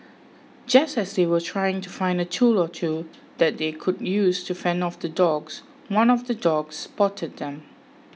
just as they were trying to find a tool or two that they could use to fend off the dogs one of the dogs spotted them